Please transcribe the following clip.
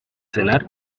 cenar